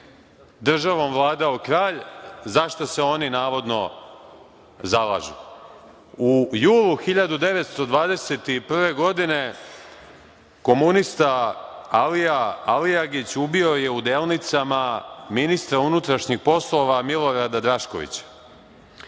državom vladao kralj, za šta se oni navodno zalažu.U julu 1921. godine komunista Alija Alijagić ubio je u Delnicama ministra unutrašnjih poslova Milorada Draškovića.